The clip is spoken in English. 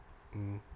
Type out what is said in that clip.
mmhmm